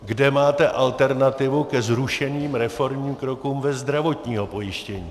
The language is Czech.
Kde máte alternativu ke zrušeným reformním krokům ve zdravotním pojištění?